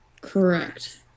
Correct